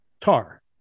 Tar